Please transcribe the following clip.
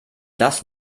das